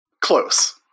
Close